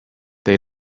they